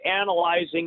analyzing